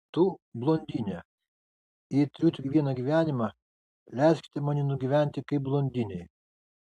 tu blondinė jei turiu tik vieną gyvenimą leiskite man jį nugyventi kaip blondinei